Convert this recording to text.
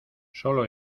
sólo